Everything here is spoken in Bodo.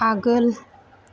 आगोल